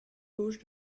gauche